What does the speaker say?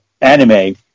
anime